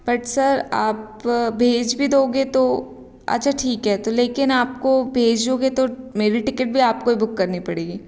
but sir आप भेज भी दोगे तो अच्छा ठीक है तो लेकिन आपको भेजोगे तो मेरी टिकट भी आपको ही बुक करनी पड़ेगी